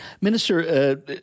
Minister